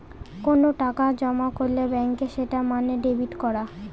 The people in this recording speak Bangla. কোনো টাকা জমা করলে ব্যাঙ্কে সেটা মানে ডেবিট করা